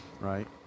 Right